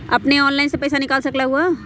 अपने ऑनलाइन से पईसा निकाल सकलहु ह?